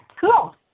Cool